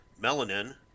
melanin